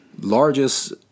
largest